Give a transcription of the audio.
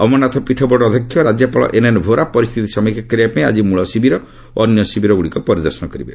ଅମରନାଥ ପୀଠ ବୋର୍ଡ଼ର ଅଧ୍ୟକ୍ଷ ରାଜ୍ୟପାଳ ଏନ୍ ଏନ୍ ଭୋରା ପରିସ୍ଥିତି ସମୀକ୍ଷା କରିବାପାଇଁ ଆଜି ମୂଳ ଶିବିର ଓ ଅନ୍ୟ ଶିବିରଗୁଡ଼ିକ ପରିଦର୍ଶନ କରିବେ